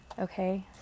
Okay